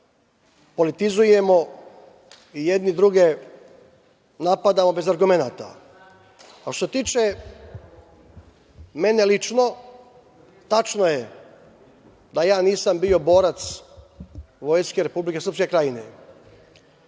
politizujemo i jedni druge napadamo bez argumenata. Što se tiče mene lično, tačno je da ja nisam bio borac vojske Republike Srpske Krajine.